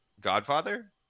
Godfather